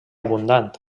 abundant